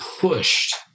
pushed